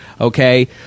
okay